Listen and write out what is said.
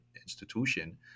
institution